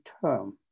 term